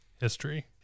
history